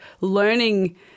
learning